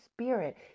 spirit